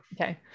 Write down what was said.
Okay